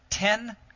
Ten